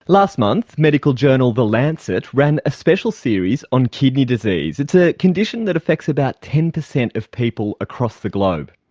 last month, medical journal the lancet ran a special series on kidney disease. it's a condition that affects about ten percent of people across the globe.